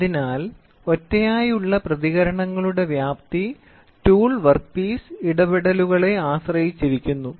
അതിനാൽ ഒറ്റയായുള്ള പ്രതികരണങ്ങളുടെ വ്യാപ്തി ടൂൾ വർക്ക്പീസ് ഇടപെടലുകളെ ആശ്രയിച്ചിരിക്കുന്നു